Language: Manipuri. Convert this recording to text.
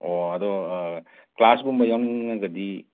ꯑꯣ ꯑꯗꯣ ꯀ꯭ꯂꯥꯁꯀꯨꯝꯕ ꯌꯥꯎꯅꯤꯡꯉꯒꯗꯤ